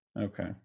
Okay